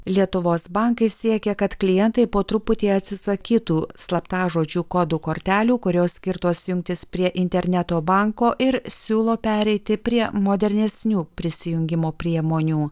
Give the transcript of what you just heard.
lietuvos bankai siekia kad klientai po truputį atsisakytų slaptažodžių kodų kortelių kurios skirtos jungtis prie interneto banko ir siūlo pereiti prie modernesnių prisijungimo priemonių